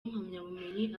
impamyabumenyi